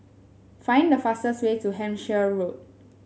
find the fastest way to Hampshire Road